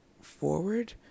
forward